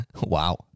Wow